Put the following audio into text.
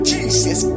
Jesus